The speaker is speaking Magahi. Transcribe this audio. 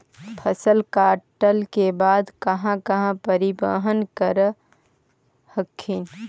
फसल कटल के बाद कहा कहा परिबहन कर हखिन?